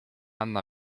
anna